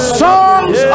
songs